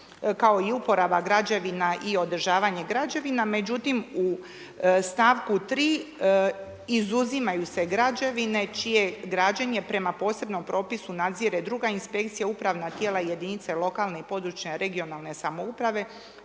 kao i uporaba građevina i održavanje građevina, međutim u stavku 3. izuzimaju se građevine čije građenje prema posebnom propisu nadzire druga inspekcija, upravna tijela i jedinice lokalne i područne regionalne samouprave,